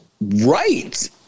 Right